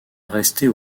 rester